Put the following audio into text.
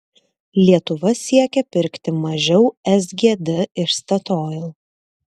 lietuva siekia pirkti mažiau sgd iš statoil